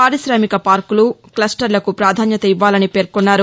పారిశామిక పార్కులు క్లస్టర్లకు ప్రాధాన్యతనివ్వాలన్నారు